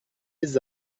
lès